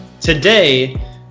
Today